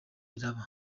iraba